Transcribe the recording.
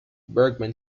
bergman